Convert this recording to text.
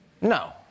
No